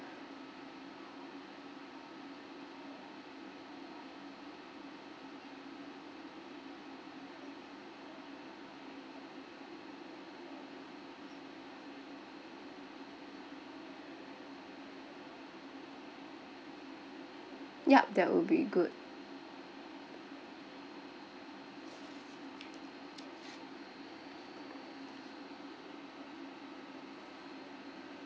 yup that will be good